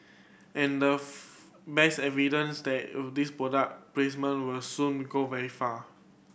and the best evidence that of this product placement will soon go very far